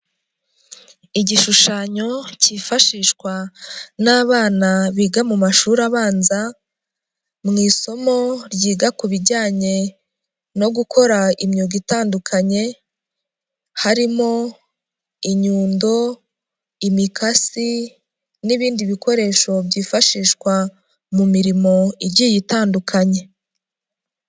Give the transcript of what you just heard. Igishushanyo cyifashishwa n'abana biga mu mashuri abanza mu isomo ryiga ku bijyanye no gukora imyuga itandukanye, harimo inyundo, imikasi n'ibindi bikoresho byifashishwa mu mirimo igiye itandukanye.